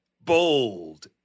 Bold